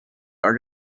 are